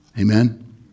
amen